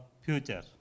future